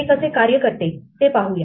हे कसे कार्य करते ते पाहूया